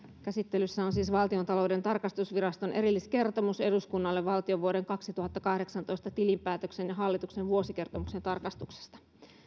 käsittelyssä on siis valtiontalouden tarkastusviraston erilliskertomus eduskunnalle valtion vuoden kaksituhattakahdeksantoista tilinpäätöksen ja hallituksen vuosikertomuksen tarkastuksesta